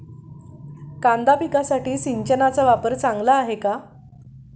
कांदा पिकासाठी सिंचनाचा वापर चांगला आहे का?